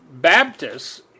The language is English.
Baptists